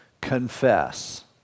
confess